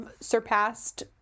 surpassed